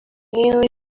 nearly